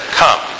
come